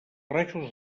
rajos